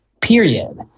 period